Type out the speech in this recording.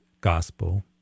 gospel